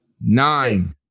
nine